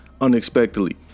unexpectedly